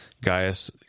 Gaius